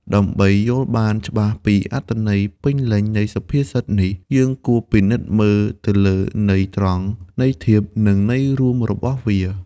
ដើម្បីយល់បានច្បាស់ពីអត្ថន័យពេញលេញនៃសុភាសិតនេះ យើងគួរពិនិត្យមើលទៅលើន័យត្រង់ ន័យធៀប និងន័យរួមរបស់វា។